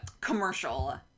commercial